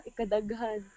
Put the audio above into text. ikadaghan